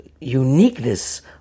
uniqueness